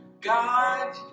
God